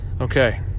Okay